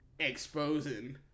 exposing